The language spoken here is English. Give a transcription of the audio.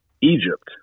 Egypt